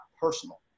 personal